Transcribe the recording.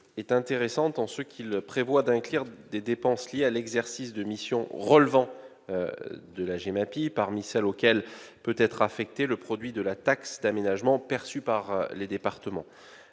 Cet amendement prévoit d'inclure les dépenses liées à l'exercice de missions relevant de la GEMAPI parmi celles auxquelles peut être affecté le produit de la taxe d'aménagement perçue par les départements.